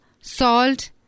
salt